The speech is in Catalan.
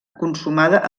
consumada